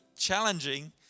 challenging